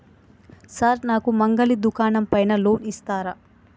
Sir నాకు మంగలి దుకాణం పైన లోన్ ఇత్తరా?